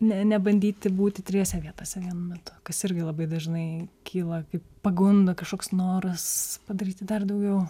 ne nebandyti būti trijose vietose vienu metu kas irgi labai dažnai kyla kaip pagunda kažkoks noras padaryti dar daugiau